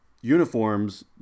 uniforms